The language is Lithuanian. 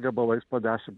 gabalais po dešim